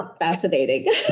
fascinating